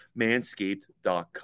manscaped.com